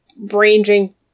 ranging